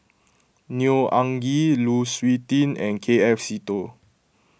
Neo Anngee Lu Suitin and K F Seetoh